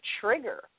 trigger